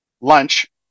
lunch